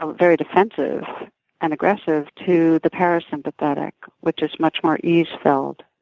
um very defensive and aggressive, to the parasympathetic which is much more ease-filled.